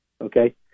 okay